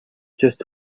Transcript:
just